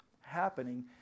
happening